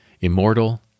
immortal